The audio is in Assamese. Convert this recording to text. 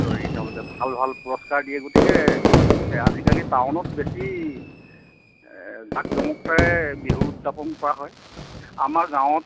তৰি তেওঁলোকে ভাল ভাল পুৰস্কাৰ দিয়ে গতিকে আজিকালি টাউনত বেছি জাক জমকতাৰে বিহু উদযাপন কৰা হয় আমাৰ গাঁৱত